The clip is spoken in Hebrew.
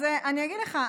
אני אגיד לך,